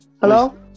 Hello